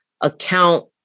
account